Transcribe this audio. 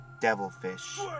devilfish